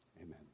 amen